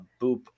boop